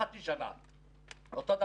לא חצי שנה,